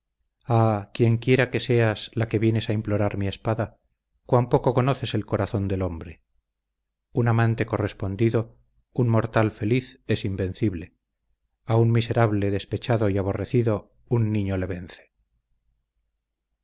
ah quien quiera que seas la que vienes a implorar mi espada cuán poco conoces el corazón del hombre un amante correspondido un mortal feliz es invencible a un miserable despechado y aborrecido un niño le vence